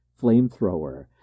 flamethrower